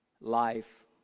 life